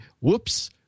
whoops